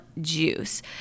juice